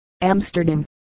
Amsterdam